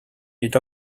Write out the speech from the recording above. est